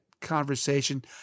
conversation